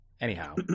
Anyhow